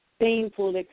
painful